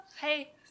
hey